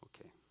Okay